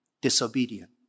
disobedient